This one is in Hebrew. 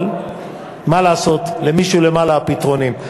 אבל מה לעשות, למישהו למעלה הפתרונים.